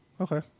Okay